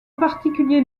particulier